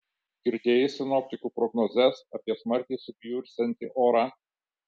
girdėjai sinoptikų prognozes apie smarkiai subjursiantį orą